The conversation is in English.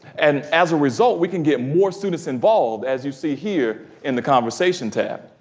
and as a result, we can get more students involved as you see here in the conversation tab.